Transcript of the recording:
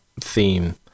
theme